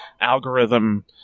algorithm